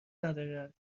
ندارد